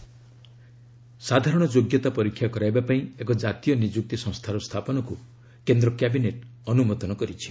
cabinet meeting ସାଧାରଣ ଯୋଗ୍ୟତା ପରୀକ୍ଷା କରାଇବା ପାଇଁ ଏକ ଜାତୀୟ ନିଯୁକ୍ତି ସଂସ୍ଥାର ସ୍ଥାପନକୁ କେନ୍ଦ୍ର କ୍ୟାବିନେଟ୍ ଅନୁମୋଦନ କରିଛି